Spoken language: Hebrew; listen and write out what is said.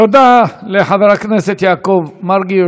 תודה לחבר הכנסת יעקב מרגי,